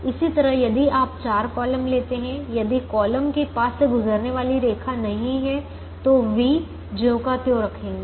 इसी तरह यदि आप चार कॉलम लेते हैं यदि कॉलम के पास से गुजरने वाली रेखा नहीं है तो v ज्यों का त्यों रखेंगे